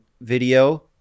video